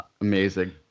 Amazing